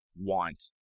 want